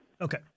Okay